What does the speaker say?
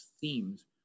themes